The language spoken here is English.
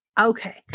Okay